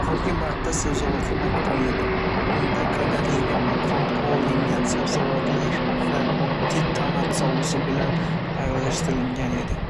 Oxirgi marta sabzavotli makaron yedim. Unda qaynatilgan makaron, qovurilgan sabzavotlar va oddiy tomat sousi bilan aralashtirilgan edi.